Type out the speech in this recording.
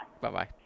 Bye-bye